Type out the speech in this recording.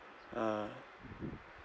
ah